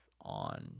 on